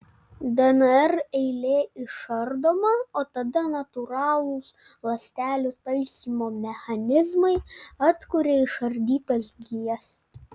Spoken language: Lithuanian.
dnr eilė išardoma o tada natūralūs ląstelių taisymo mechanizmai atkuria išardytas gijas